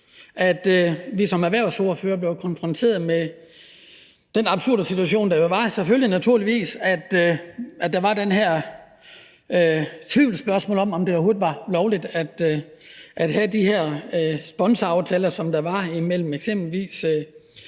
at vi som erhvervsordførere blev konfronteret med den absurde situation, der var, nemlig at der var de her tvivlsspørgsmål om, om det overhovedet var lovligt at have de her sponsoraftaler, som der var imellem eksempelvis